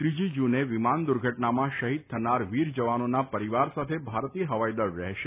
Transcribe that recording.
ત્રીજી જૂને વિમાન દુર્ધટનામાં શહિદ થનાર વીરજવાનોના પરિવાર સાથે ભારતીય હવાઇ દળ રહેશે